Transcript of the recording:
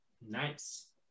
Nice